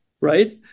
right